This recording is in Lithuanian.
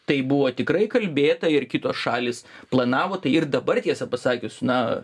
tai buvo tikrai kalbėta ir kitos šalys planavo tai ir dabar tiesą pasakius na